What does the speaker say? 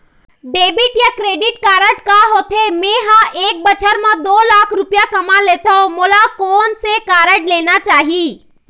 Debit या credit card का होथे, मे ह एक बछर म दो लाख रुपया कमा लेथव मोला कोन से कारड लेना चाही?